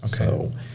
Okay